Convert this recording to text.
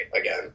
again